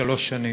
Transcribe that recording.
שלוש שנים.